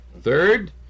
third